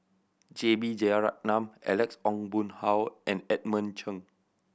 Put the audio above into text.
J B Jeyaretnam Alex Ong Boon Hau and Edmund Cheng